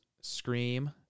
scream